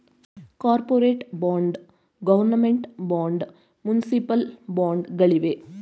corporate bond, government bond, municipal bond ಗಳಿವೆ